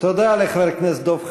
תודה לחבר הכנסת דב חנין.